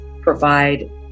provide